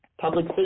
Public